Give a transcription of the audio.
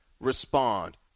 respond